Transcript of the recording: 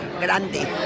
grande